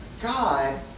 God